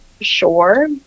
sure